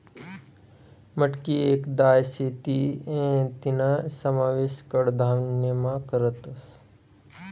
मटकी येक दाय शे तीना समावेश कडधान्यमा करतस